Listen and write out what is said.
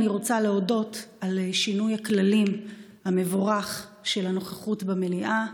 אני רוצה להודות על שינוי הכללים המבורך של הנוכחות במליאה.